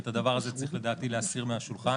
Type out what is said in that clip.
ואת הדבר הזה לדעתי צריך להסיר מהשולחן,